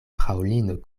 fraŭlino